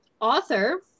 author